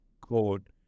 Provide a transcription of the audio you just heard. code